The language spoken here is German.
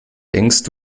denkst